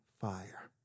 fire